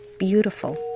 beautiful,